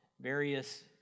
various